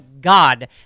God